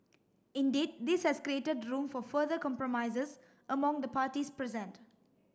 indeed this has created room for further compromises among the parties present